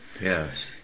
Yes